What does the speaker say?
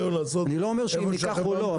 אני לא אומר אם ניקח או לא,